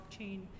blockchain